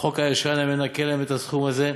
והחוק הישן היה מנכה להם את הסכום הזה.